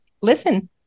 listen